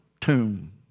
tomb